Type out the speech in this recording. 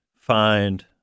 find